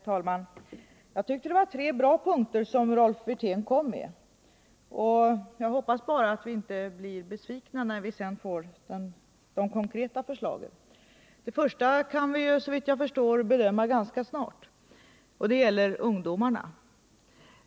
Herr talman! Jag tycker att det var tre bra punkter som Rolf Wirtén kom med, och jag hoppas bara att vi inte blir besvikna när vi sedan får de konkreta förslagen. Det första kan vi såvitt jag förstår bedöma ganska snart, och det gäller ungdomarna.